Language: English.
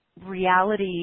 Reality